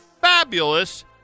fabulous